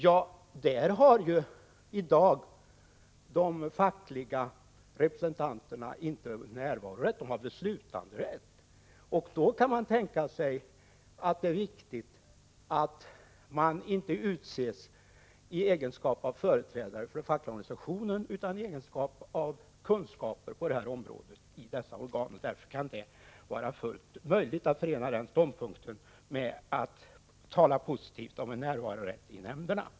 I dessa organ har i dag de fackliga representanterna inte bara närvarorätt utan även beslutanderätt. Man kan då tänka sig att regeringen utser dem inte i egenskap av företrädare för den fackliga organisationen, utan i egenskap av att de besitter kunskaper om vad som görs i dessa organ. Det kan vara fullt möjligt att förena den ståndpunkten med att tala positivt om närvarorätt för de anställda i nämnderna.